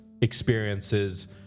experiences